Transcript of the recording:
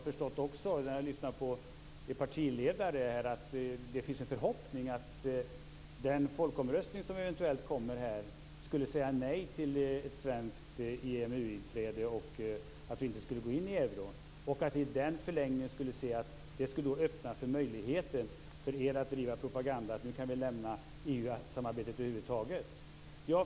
När jag har lyssnat på er partiledare har jag också förstått att det finns en förhoppning att den folkomröstning som eventuellt kommer skulle säga nej till ett svenskt EMU-inträde och att vi inte skulle gå in i euron. Det skulle för er i förlängningen öppna möjligheten att driva propaganda för att lämna EU-samarbetet över huvud taget.